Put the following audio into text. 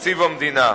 מתקציב המדינה.